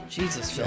Jesus